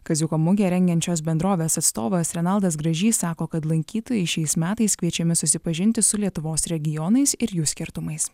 kaziuko mugę rengiančios bendrovės atstovas renaldas gražys sako kad lankytojai šiais metais kviečiami susipažinti su lietuvos regionais ir jų skirtumais